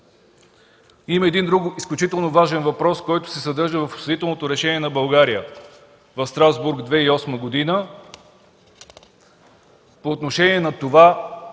Има и един друг изключително важен въпрос, който се съдържа в осъдителното решение на България в Страсбург от 2008 г. по отношение на това